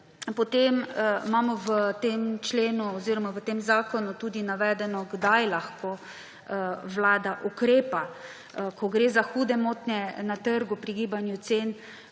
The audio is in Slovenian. potem imamo v tem členu oziroma v tem zakonu tudi navedeno, kdaj lahko vlada ukrepa, ko gre za hude motnje na trgu pri gibanju cen,